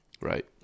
Right